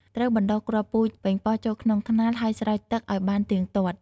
ត្រូវបណ្ដុះគ្រាប់ពូជប៉េងប៉ោះចូលក្នុងថ្នាល ហើយស្រោចទឹកឲ្យបានទៀងទាត់។